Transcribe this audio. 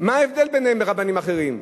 מה ההבדל ביניהם לרבנים אחרים?